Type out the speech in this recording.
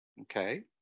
okay